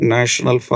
National